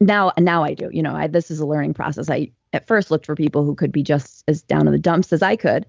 now now i do. you know this is a learning process i at first looked for people who could be just as down in the dumps as i could.